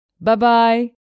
Bye-bye